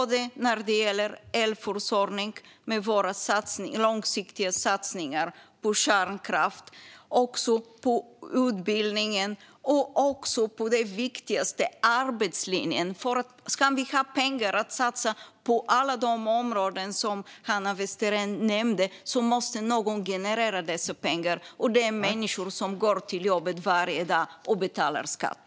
Det gäller både elförsörjningen, med våra långsiktiga satsningar på kärnkraft, utbildningen och det viktigaste: arbetslinjen. Om vi ska ha pengar att satsa på alla de områden som Hanna Westerén nämnde måste någon generera dessa pengar, och det är människor som går till jobbet varje dag och betalar skatt.